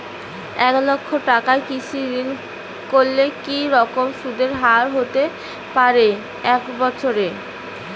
এক লক্ষ টাকার কৃষি ঋণ করলে কি রকম সুদের হারহতে পারে এক বৎসরে?